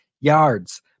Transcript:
yards